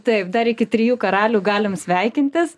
taip dar iki trijų karalių galim sveikintis